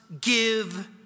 give